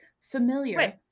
familiar